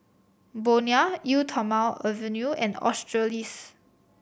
Bonia Eau Thermale Avene and Australis